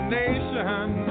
nation